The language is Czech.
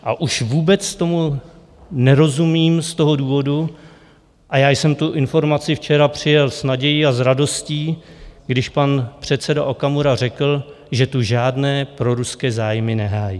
A už vůbec tomu nerozumím z toho důvodu, a já jsem tu informaci včera přijal s nadějí a s radostí, když pan předseda Okamura řekl, že tu žádné proruské zájmy nehájí.